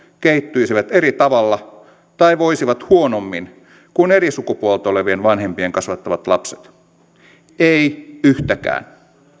kehittyisivät eri tavalla tai voisivat huonommin kuin eri sukupuolta olevien vanhempien kasvattamat lapset eivät yhtäkään